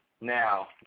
Now